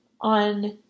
on